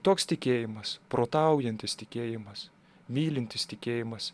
toks tikėjimas protaujantis tikėjimas mylintis tikėjimas